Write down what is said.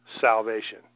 salvation